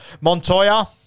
Montoya